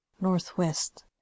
Northwest